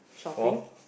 for